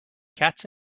cats